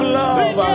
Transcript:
love